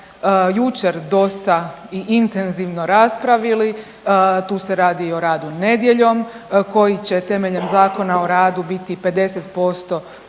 jučer dosta i intenzivno raspravili. Tu se radi i o radu nedjeljom koji će temeljem Zakona o radu biti 50% više